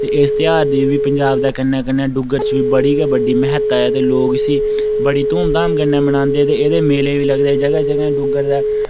ते इस ध्यार दी बी पंजाब दे कन्नै कन्नै डुग्गर च बी बड़ी गै बड्डी म्हता ऐ ते लोग इसी बड़ी धूमधाम कन्नै मनांदे ते एह्दे मेले बी लगदे जगह् जगह् डुग्गर दै